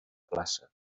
plaça